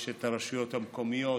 יש את הרשויות המקומיות,